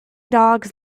dogs